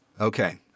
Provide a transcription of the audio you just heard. Okay